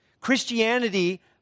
Christianity